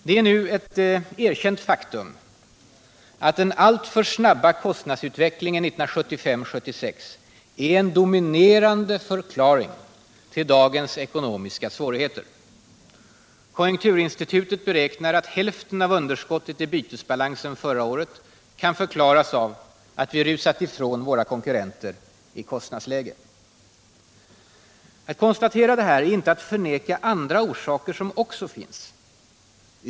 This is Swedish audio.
Det är nu ett erkänt faktum att den alltför snabba kostnadsutvecklingen 1975-1976 är en dominerande förklaring till dagens ekonomiska svårigheter. Konjunkturinstitutet beräknar att hälften av underskottet i bytesbalansen förra året kan förklaras av att vi rusat ifrån våra konkurrenter i kostnadsläge. Att konstatera det här är inte att förneka andra orsaker som också finns.